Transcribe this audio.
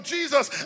Jesus